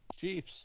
Chiefs